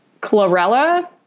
chlorella